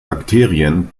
bakterien